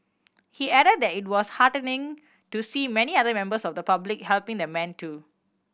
he added that it was heartening to see many other members of the public helping the man too